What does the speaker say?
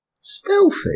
Stealthy